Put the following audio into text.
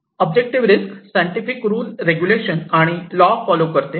objective risk scientific rule regulation आणि law follow करते